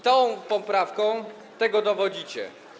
Tą poprawką tego dowodzicie.